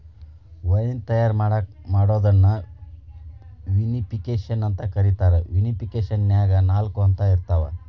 wine ತಯಾರ್ ಮಾಡೋದನ್ನ vinification ಅಂತ ಕರೇತಾರ, ವಿನಿಫಿಕೇಷನ್ನ್ಯಾಗ ನಾಲ್ಕ ಹಂತ ಇರ್ತಾವ